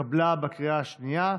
התקבלה בקריאה השנייה.